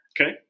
Okay